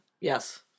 Yes